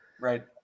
Right